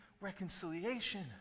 reconciliation